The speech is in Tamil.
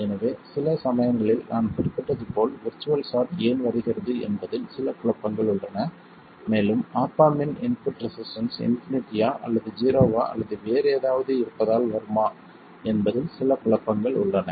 எனவே சில சமயங்களில் நான் குறிப்பிட்டது போல் விர்ச்சுவல் ஷார்ட் ஏன் வருகிறது என்பதில் சில குழப்பங்கள் உள்ளன மேலும் ஆப் ஆம்ப் இன் இன்புட் ரெசிஸ்டன்ஸ் இன்பினிட்டியா அல்லது ஜீரோவா அல்லது வேறு ஏதாவது இருப்பதால் வருமா என்பதில் சில குழப்பங்கள் உள்ளன